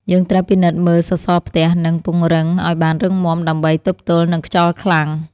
យើងត្រូវពិនិត្យមើលសសរផ្ទះ និងពង្រឹងឱ្យបានរឹងមាំដើម្បីទប់ទល់នឹងខ្យល់ខ្លាំង។